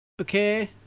Okay